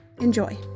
enjoy